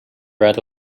read